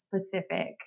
specific